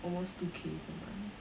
almost two K per month